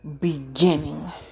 beginning